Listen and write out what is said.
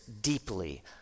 deeply